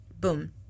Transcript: Boom